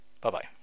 Bye-bye